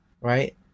right